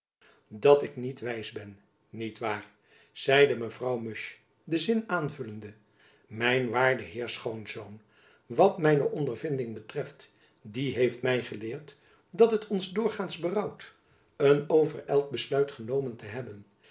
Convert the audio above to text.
dat ik niet wijs ben niet waar zeide mevrouw musch den zin aanvullende mijn waarde heer schoonzoon wat mijne ondervinding betreft die heeft my geleerd dat het ons doorgaands berouwt een overijld besluit genomen te hebben